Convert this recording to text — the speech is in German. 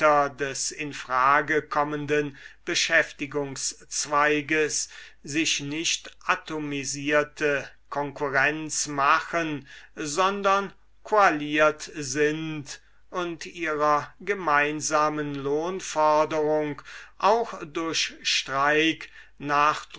des in frage kommenden beschäftigungszweiges sich nicht atomisierte konkurrenz machen sondern koaliert sind und ihrer gemeinsamen lohnforderung auch durch streik